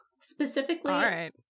specifically